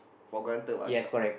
for granted what